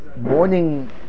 morning